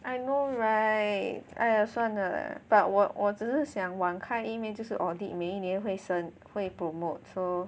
I know right !aiya! 算了 but 我我只是往看一面就是 audit 每一年会升会 promote so